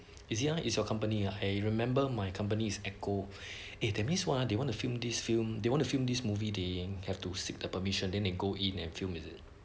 is it ah is your company ah !hey! remember my company's echo eh that means !wah! they to film this film they want to film this movie they have to seek the permission they need go in and film is it